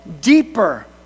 deeper